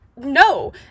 no